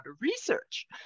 research